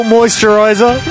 Moisturizer